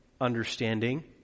understanding